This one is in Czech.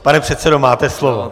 Pane předsedo, máte slovo.